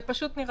לפני שנתחיל